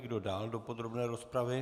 Kdo dál do podrobné rozpravy?